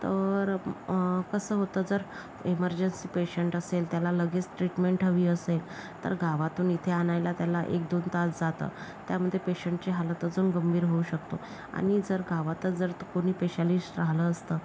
तर कसं होतं जर इमर्जन्सी पेशंट असेल त्याला लगेच ट्रीटमेंट हवी असेल तर गावातून इथे आणायला त्याला एक दोन तास जाते त्यामध्ये पेशंटची हालत अजून गंभीर होऊ शकते आणि जर गावातच जर तो कोणी पेशालिस्ट राहिला असता